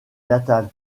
natale